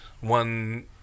one